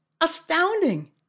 astounding